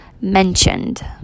Mentioned